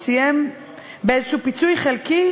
סיים באיזה פיצוי חלקי,